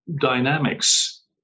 dynamics